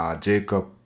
Jacob